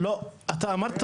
לא, אתה אמרת